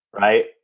Right